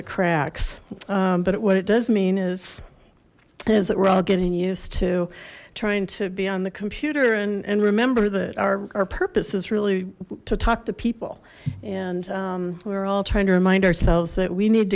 the cracks but what it does mean is is that we're all getting used to trying to be on the computer and and remember that our purpose is really to talk to people and we're all trying to remind ourselves that we need